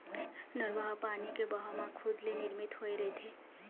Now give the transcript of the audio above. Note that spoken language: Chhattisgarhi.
नरूवा ह पानी के बहाव म खुदे ले निरमित होए रहिथे